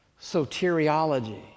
soteriology